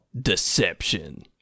Deception